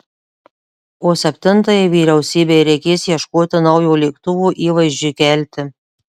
o septintajai vyriausybei reikės ieškoti naujo lėktuvo įvaizdžiui kelti